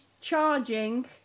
charging